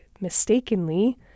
mistakenly